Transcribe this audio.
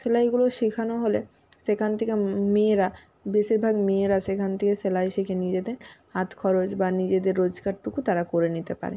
সেলাইগুলো শেখানো হলে সেখান থেকে মেয়েরা বেশিরভাগ মেয়েরা সেখান থেকে সেলাই শিখে নিজেদের হাত খরচ বা নিজেদের রোজগারটুকু তারা করে নিতে পারে